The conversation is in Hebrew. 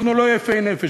אנחנו לא יפי נפש.